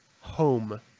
home